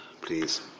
please